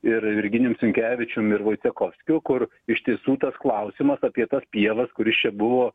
ir virginijum sinkevičium ir vaicekovskiu kur iš tiesų tas klausimas apie tas pievas kuris čia buvo